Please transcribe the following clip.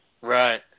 right